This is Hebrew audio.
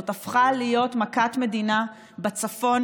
זו הפכה להיות מכת מדינה בצפון,